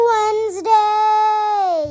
Wednesday